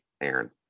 Aaron